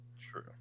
True